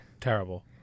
Terrible